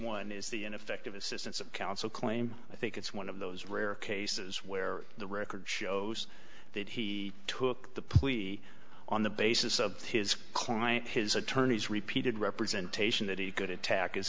one is the ineffective assistance of counsel claim i think it's one of those rare cases where the record shows that he took the plea on the basis of his client his attorney's repeated representation that he could attack